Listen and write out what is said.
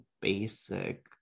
basic